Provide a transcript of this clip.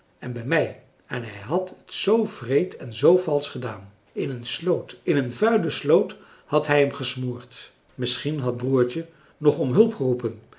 en bij mij en hij had het zoo wreed en zoo valsch gedaan in een sloot in een vuile sloot had hij hem gesmoord misschien had broertje nog om hulp geroepen